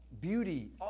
beauty